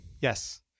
Yes